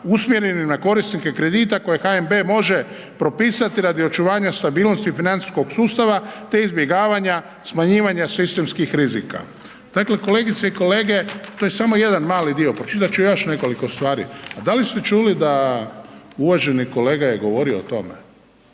usmjerene na korisnike kredita koje HNB može propisati radi očuvanja stabilnosti financijskog sustava te izbjegavanja smanjivanja sistemskih rizika. Dakle kolegice i kolege, to je samo jedan mali dio, pročitat još nekoliko stvari a da li ste čuli da uvaženi kolega je govorio o tome?